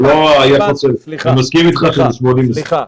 אני מסכים אתך שזה 80. סליחה.